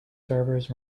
servers